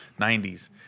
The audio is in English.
90s